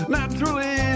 naturally